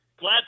glad